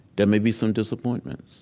there may be some disappointments,